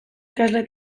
ikasle